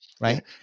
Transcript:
right